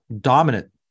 dominant